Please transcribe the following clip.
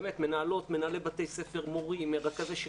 באמת, מנהלות ומנהלי בתי ספר, מורים, רכזי שכבה,